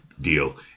deal